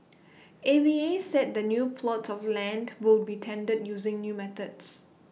A V A said the new plots of land will be tendered using new methods